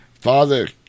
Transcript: Father